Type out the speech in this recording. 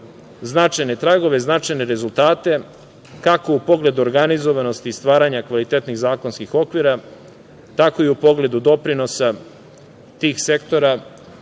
značajne tragove, značajne rezultate, kako u pogledu organizovanosti i stvaranja kvalitetnih zakonskih okvira, tako i u pogledu doprinosa tih sektora,